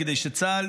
כדי שצה"ל